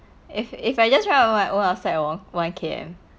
if if I just run run outside one K_M